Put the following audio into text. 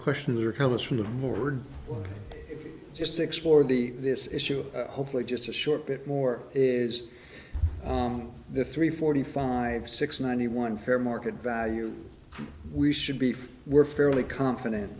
question your colors from the board just explored the this issue hopefully just a short bit more is on the three forty five six ninety one fair market value we should be for we're fairly confident